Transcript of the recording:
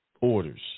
orders